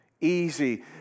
Easy